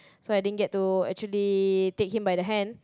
so I didn't get to actually take him by the hand